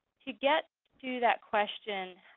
to get to that question,